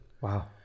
Wow